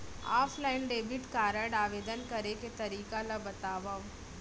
Offline debit card आवेदन करे के तरीका ल बतावव?